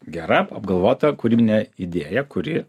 gera apgalvota kūrybine idėja kuri